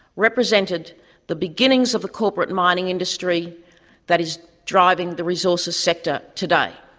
represented the beginnings of the corporate mining industry that is driving the resources sector today.